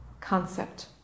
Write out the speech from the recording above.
concept